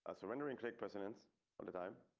surrendering click presidents on the time